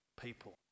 people